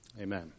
Amen